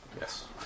Yes